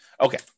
Okay